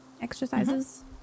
exercises